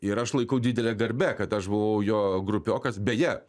ir aš laikau didele garbe kad aš buvau jo grupiokas beje